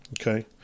Okay